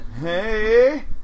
Hey